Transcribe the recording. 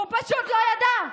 הוא פשוט לא ידע.